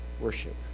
Worship